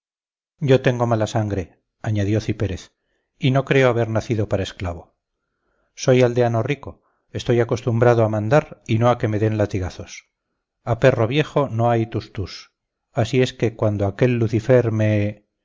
yo tengo mala sangre añadió cipérez y no creo haber nacido para esclavo soy aldeano rico estoy acostumbrado a mandar y no a que me den latigazos a perro viejo no hay tus tus así es que cuando aquel lucifer me